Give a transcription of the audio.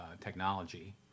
technology